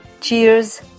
Cheers